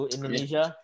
Indonesia